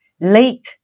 late